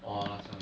orh 辣椒油